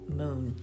moon